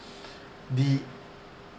the